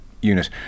unit